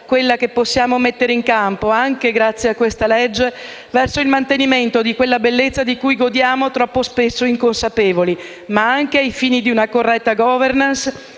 quella che possiamo mettere in campo, anche grazie a questo provvedimento, verso il mantenimento di quella bellezza di cui godiamo troppo spesso inconsapevoli, ma anche ai fini di una corretta governance